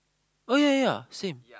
oh ya ya same